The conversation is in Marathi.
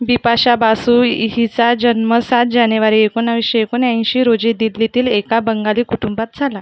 बिपाशा बासू इ हिचा जन्म सात जानेवारी एकोणावीसशे एकोणऐंशी रोजी दिल्लीतील एका बंगाली कुटुंबात झाला